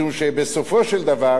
משום שבסופו של דבר